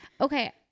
Okay